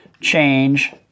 change